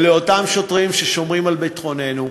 אלה אותם שוטרים ששומרים על ביטחוננו,